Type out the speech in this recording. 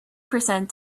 percent